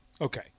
Okay